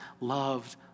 loved